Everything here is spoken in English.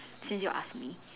since you ask me